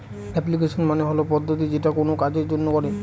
application মানে হল পদ্ধতি যেটা কোনো কাজের জন্য করে